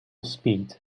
speed